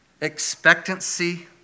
expectancy